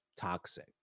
toxic